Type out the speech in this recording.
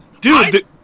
Dude